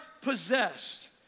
possessed